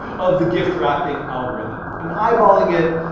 of the gift wrapping algorithm. i'm eyeballing it,